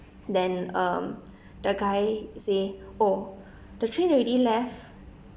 then um the guy say oh the train already left